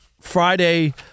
Friday